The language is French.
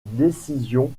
décision